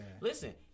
Listen